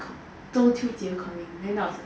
中秋节 coming then I was like